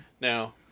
Now